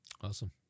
Awesome